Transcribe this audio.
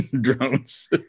drones